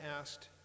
asked